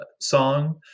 song